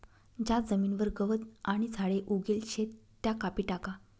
ज्या जमीनवर गवत आणि झाडे उगेल शेत त्या कापी टाका